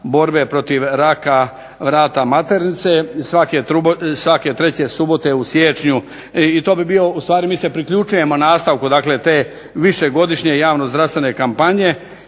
borbe protiv raka vrata maternice. Svake treće subote u siječnju, i to bi bio, ustvari mi se priključujemo nastavku dakle te višegodišnje javnozdravstvene kampanje,